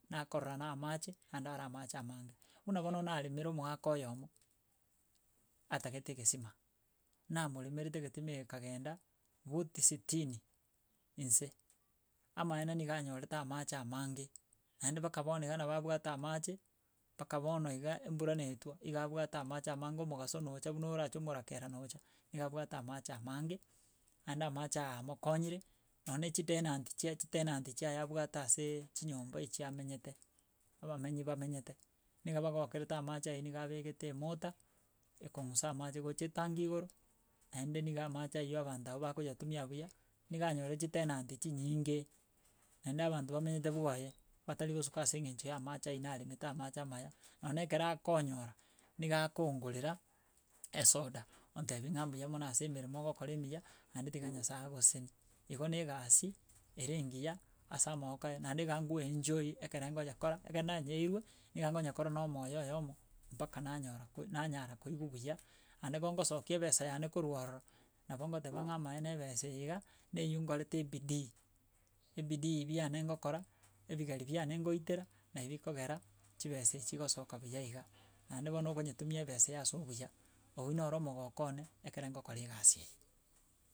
Nakorora na amache ande are amache amange. Buna bono naremera omogaka oyomo, atagete egesima namoremerete egetima ekangenda, buti sitini nse, amaene niga anyorete amache amange naende mpaka bono iga nabo abwate amache baka bono iga, embura na etwa, iga abwate amache amange omogaso nocha buna orache omorakera na ocha, niga abwate amache amange, naende amache aya amokonyire, nonye chidenant chia chitenant chiaye abwate asee chinyomba echi amenyete, abamenyi bamenyete, niga bagokerete amache aywo niga abegete emotor, ekong'usa amache gocha etangi igoro naende niga amache aywo abanto abu bagoyatumia buya, niga anyorete chitenant chinyinge, naende nabanto bamenyete bwoye batari kosuka ase eng'encho ya amache aywo naremete amache amaya nonye na ekero akonyora, niga akongorera esoda, ontebi ng'a mbuya mono ase emeremo ogokora emiya, naende tiga nyasaye agogoseseni. Igo na egasi, ere engiya ase amagoko aya, naende iga ngoenjoy ekere ngonyekora ekere nanyeirwe, niga nkonyekora na omoyo oyomo mpaka nanyora ko nanyara koigwa buya ande bo ngosokia ebesa yane korwa ororo nabo nkoteba ng'a maene ebesa eye iga, neywo nkorete ebidii, ebidii biane ngokora, ebigeri biane ngoitera, nabi bikogera chibesa echi chigosoka buya iga. Naende bono ogonyetumia ebesa ase obuya obu noro omogoko one ekero ngokora egasi eye.